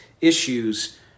issues